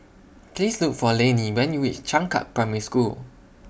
Please Look For Lanie when YOU REACH Changkat Primary School